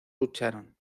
lucharon